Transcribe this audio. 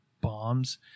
bombs